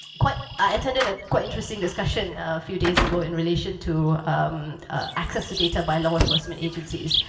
quite i attended a quite interesting discussion a few days ago in relation to access to data by law enforcement agencies.